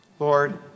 Lord